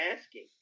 asking